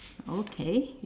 okay